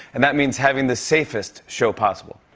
and that means having the safest show possible.